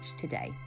today